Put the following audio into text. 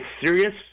serious